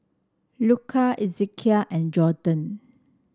Luka Ezekiel and Gorden